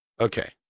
Okay